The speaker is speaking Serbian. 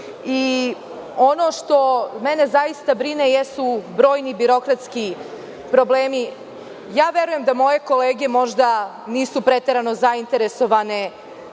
Ono što me zaista brine jesu brojni birokratski problemi. Verujem da moje kolege možda nisu preterano zainteresovane